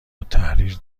التحریر